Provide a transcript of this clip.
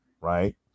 Right